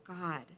god